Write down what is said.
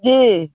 जी